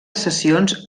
sessions